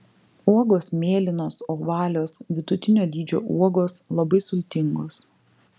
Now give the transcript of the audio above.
uogos mėlynos ovalios vidutinio dydžio uogos labai sultingos